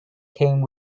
came